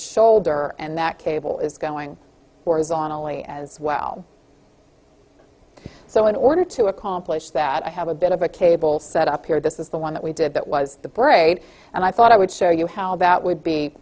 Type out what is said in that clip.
shoulder and that cable is going or is on only as well so in order to accomplish that i have a bit of a cable set up here this is the one that we did that was the braid and i thought i would show you how about would be